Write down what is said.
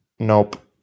Nope